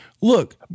Look